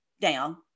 down